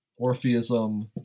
orpheism